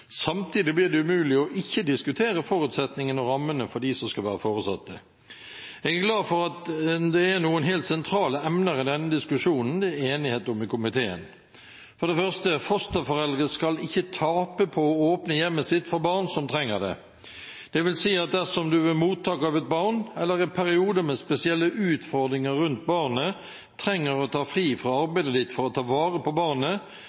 Samtidig blir det umulig å ikke diskutere forutsetningene og rammene for dem som skal være foresatte. Jeg er glad for at det er noen helt sentrale emner i denne diskusjonen som det er enighet om i komiteen. For det første: Fosterforeldre skal ikke tape på å åpne hjemmet sitt for barn som trenger det. Det vil si at dersom du ved mottak av et barn, eller i perioder med spesielle utfordringer rundt barnet, trenger å ta fri fra arbeidet ditt for å ta vare på barnet,